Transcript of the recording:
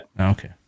Okay